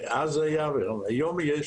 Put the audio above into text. אז היה והיום יש